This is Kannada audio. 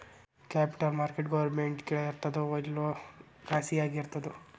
ಕ್ಯಾಪಿಟಲ್ ಮಾರ್ಕೆಟ್ ಗೌರ್ಮೆನ್ಟ್ ಕೆಳಗಿರ್ತದೋ ಇಲ್ಲಾ ಖಾಸಗಿಯಾಗಿ ಇರ್ತದೋ?